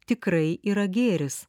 tikrai yra gėris